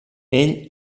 ell